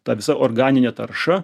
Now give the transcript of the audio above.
ta visa organinė tarša